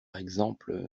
exemple